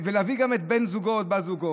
ולהביא גם את בן זוגו או את בת זוגו.